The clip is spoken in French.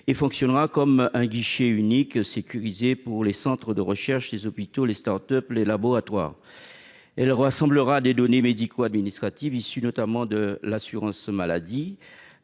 et fonctionnera comme un guichet unique, sécurisé, pour les centres de recherche, les hôpitaux, les start-up, les laboratoires. Il rassemblera des données médico-administratives, issues notamment de l'assurance maladie,